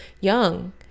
young